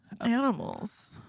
Animals